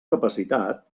capacitat